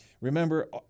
remember